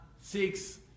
six